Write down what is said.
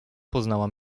poznała